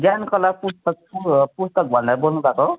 ज्ञानकला पुस्तकको पुस्तक भण्डार बोल्नु भएको हो